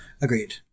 Agreed